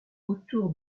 autour